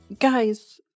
Guys